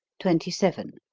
twenty seven.